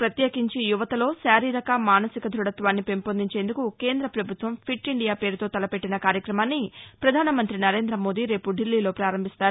ప్రత్యేకించి యువతలో శారీరక మాసిక ధృఢత్వాన్ని పెంపొందించేందుకు కేంద్రపభుత్వం ఫిట్ ఇండియా పేరుతో తలపెట్టిన కార్యక్రమాన్ని ప్రధానమంతి నరేంద్రమోదీ రేపు దిబ్లీలో ప్రారంభించనున్నారు